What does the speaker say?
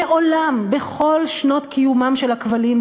בכל שנות קיומם של הכבלים,